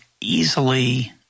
easily –